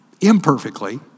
imperfectly